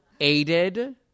aided